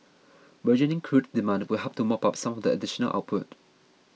burgeoning crude demand will help to mop up some of the additional output